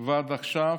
ועד עכשיו.